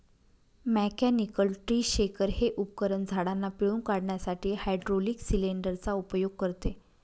mechanical tree shaker हे उपकरण झाडांना पिळून काढण्यासाठी हायड्रोलिक सिलेंडर चा उपयोग करते